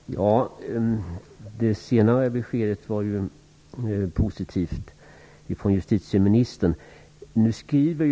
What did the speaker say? Fru talman! Det senare beskedet från justitieministern var positivt.